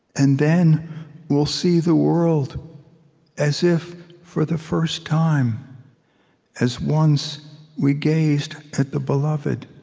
and then we'll see the world as if for the first time as once we gazed at the beloved